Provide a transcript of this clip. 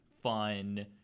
fun